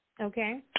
okay